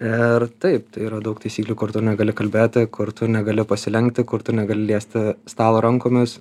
ir taip tai yra daug taisyklių kur tu negali kalbėti kur tu negali pasilenkti kur tu negali liesti stalo rankomis